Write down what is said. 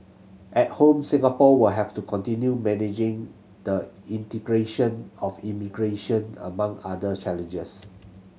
at home Singapore will have to continue managing the integration of immigration among other challenges